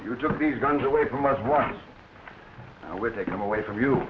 you're just these guns away from us was i will take them away from you